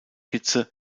hitze